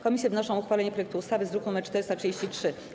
Komisje wnoszą o uchwalenie projektu ustawy z druku nr 433.